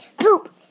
poop